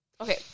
Okay